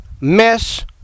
mess